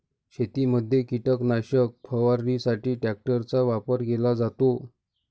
शेतीमध्ये कीटकनाशक फवारणीसाठी ट्रॅक्टरचा वापर केला जातो